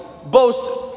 boast